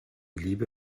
liebe